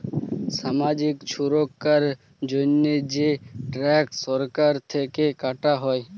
ছামাজিক ছুরক্ষার জন্হে যে ট্যাক্স সরকার থেক্যে কাটা হ্যয়